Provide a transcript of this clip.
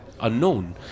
unknown